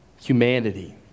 humanity